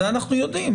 את זה אנחנו יודעים.